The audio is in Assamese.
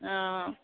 অঁ